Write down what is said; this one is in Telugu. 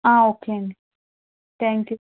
ఓకే అండి థ్యాంక్ యూ